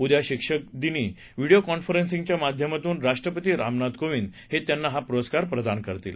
उद्या शिक्षक देणं व्हिडिओ कॉन्फरन्सिंगच्या माध्यमातून राष्ट्रपती रामनाथ कोविद हे त्यांना हा पुरस्कार प्रदान करतील